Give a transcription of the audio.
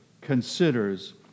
considers